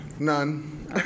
None